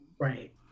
Right